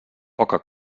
poca